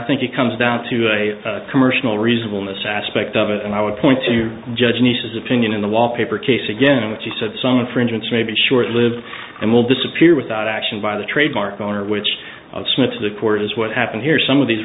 think it comes down to a commercial reasonable in this aspect of it and i would point to you judge and he says opinion in the wallpaper case again which he said some infringements may be short lived and will disappear without action by the trademark owner which of smith's of course is what happened here some of these